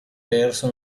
perso